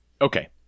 Okay